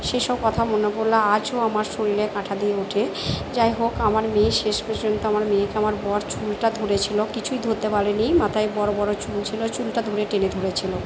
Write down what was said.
সেসব কথা মনে পড়লে আজও আমার শরীরে কাঁটা দিয়ে ওঠে যাই হোক আমার মেয়ে শেষ পর্যন্ত আমার মেয়েকে আমার বর চুলটা ধরেছিল কিছুই ধরতে পারেনি মাথায় বড় বড় চুল ছিল চুলটা ধরে টেনে ধরেছিল